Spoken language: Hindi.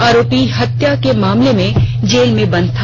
आरोपी हत्या के मामले में जेल में बंद था